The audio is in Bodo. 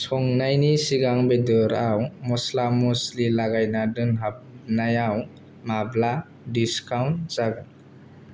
संनायनि सिगां बेद'राव मस्ला मस्लि लागायना दोनहाबनायाव माब्ला डिसकाउन्ट जागोन